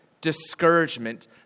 discouragement